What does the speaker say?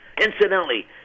Incidentally